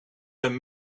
hem